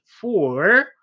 four